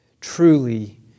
truly